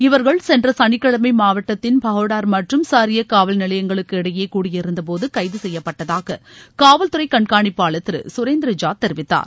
இவர்கள் சென்ற சனிக்கிழமை மாவட்டத்தின் பாகோடார் மற்றும் சாரியா காவல்நிலையங்களுக்கு இடையே கூடியிருந்தபோது கைது செய்யப்பட்டதாக காவல்துறை கண்காணிப்பாளர் திரு சுரேந்திர ஜா தெரிவித்தார்